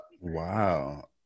Wow